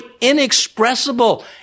inexpressible